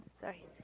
Sorry